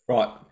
Right